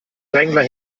drängler